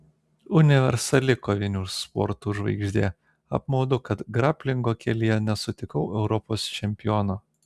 universali kovinių sportų žvaigždė apmaudu kad graplingo kelyje nesutikau europos čempiono